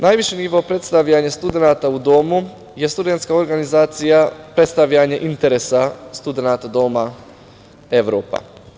Najviši nivo predstavljanja studenata u domu je studentska organizacija Predstavljanje interesa studenata doma „Evropa“